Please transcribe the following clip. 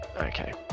Okay